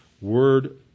word